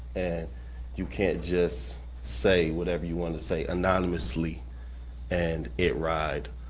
and you can't just say whatever you wanna say anonymously and it ride.